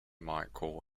micheal